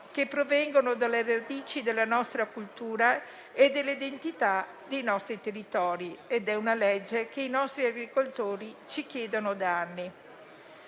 che provengono dalle radici della nostra cultura e dall'identità dei nostri territori, ed è una legge che i nostri agricoltori ci chiedono da anni.